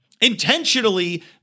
intentionally